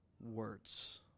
words